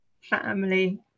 family